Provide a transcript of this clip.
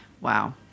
Wow